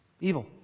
Evil